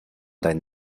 dein